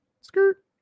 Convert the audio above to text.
skirt